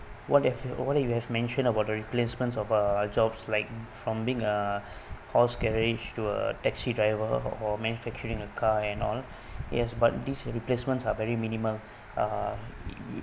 what you've what you have mentioned about the replacements of uh jobs like from being a horse carriage to a taxi driver or manufacturing a car and all yes but these replacements are very minimal uh